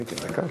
לא,